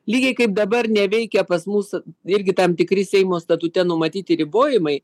lygiai kaip dabar neveikia pas mus irgi tam tikri seimo statute numatyti ribojimai